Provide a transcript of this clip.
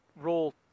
roll